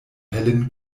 helen